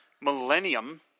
Millennium